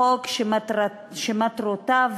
חוק שמטרותיו